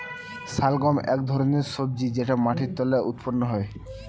শালগম এক ধরনের সবজি যেটা মাটির তলায় উৎপন্ন হয়